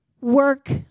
work